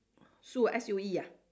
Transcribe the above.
Sue S U E ah